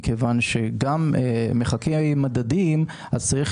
גם במחקי מדדים צריך